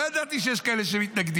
לא ידעתי שיש כאלה שמתנגדים.